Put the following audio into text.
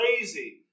lazy